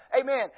Amen